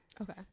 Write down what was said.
Okay